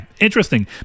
interesting